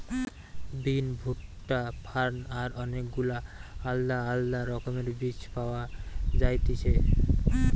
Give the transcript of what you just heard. বিন, ভুট্টা, ফার্ন আর অনেক গুলা আলদা আলদা রকমের বীজ পাওয়া যায়তিছে